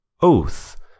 Oath